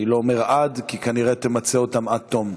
אני לא אומר "עד", כי כנראה תמצה אותן עד תום,